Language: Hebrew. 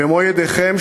במו ידיכם,